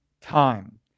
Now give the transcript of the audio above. time